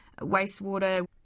wastewater